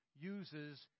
uses